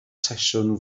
sesiwn